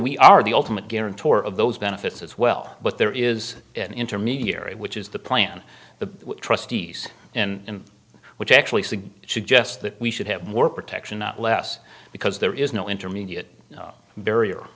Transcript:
we are the ultimate guarantor of those benefits as well but there is an intermediary which is the plan the trustees in which actually suggests that we should have more protection not less because there is no intermediate barrier